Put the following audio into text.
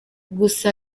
gusa